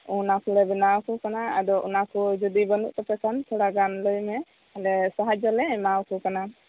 ᱚᱱᱟ ᱠᱚᱞᱮ ᱵᱮᱱᱟᱣ ᱠᱚ ᱠᱟᱱᱟ ᱟᱫᱚ ᱚᱱᱟ ᱠᱚ ᱡᱩᱫᱤ ᱵᱟᱱᱩᱜ ᱛᱟᱯᱮ ᱠᱷᱟᱱ ᱛᱷᱚᱲᱟ ᱜᱟᱱ ᱞᱟᱹᱭ ᱢᱮ ᱟᱞᱮ ᱥᱟᱦᱟᱡᱽᱡᱚ ᱞᱮ ᱮᱢᱟᱣᱠᱚ ᱠᱟᱱᱟ